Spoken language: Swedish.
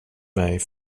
mig